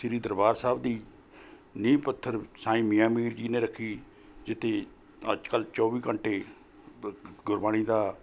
ਸ਼੍ਰੀ ਦਰਬਾਰ ਸਾਹਿਬ ਦੀ ਨੀਂਹ ਪੱਥਰ ਸਾਈਂ ਮੀਆਂ ਮੀਰ ਜੀ ਨੇ ਰੱਖੀ ਜਿੱਥੇ ਅੱਜ ਕੱਲ੍ਹ ਚੌਵੀ ਘੰਟੇ ਗੁਰਬਾਣੀ ਦਾ